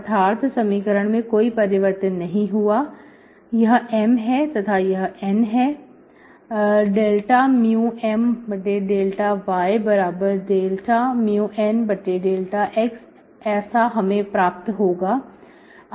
अर्थात समीकरण में कोई परिवर्तन नहीं हुआ यह M है तथा यह N है ∂μM∂y∂μN∂x हमें ऐसा प्राप्त होगा